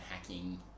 hacking